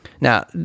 Now